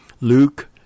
luke